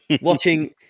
watching